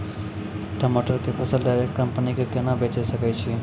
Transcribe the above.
टमाटर के फसल डायरेक्ट कंपनी के केना बेचे सकय छियै?